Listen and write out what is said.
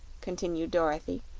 continued dorothy.